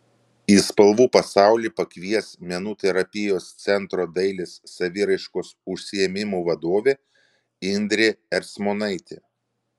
į spalvų pasaulį pakvies menų terapijos centro dailės saviraiškos užsiėmimų vadovė indrė ercmonaitė